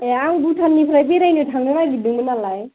ए आं भुटाननिफ्राय बेरायनो थांनो नागेरदोंमोननालाय